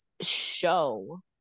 show